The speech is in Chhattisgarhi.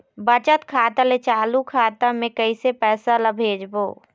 बचत खाता ले चालू खाता मे कैसे पैसा ला भेजबो?